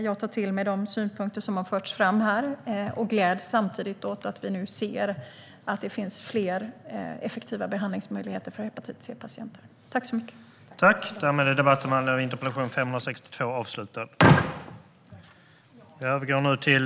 Jag tar till mig de synpunkter som har förts fram här och gläds samtidigt åt att vi nu ser att det finns fler effektiva behandlingsmöjligheter för patienter med hepatit C.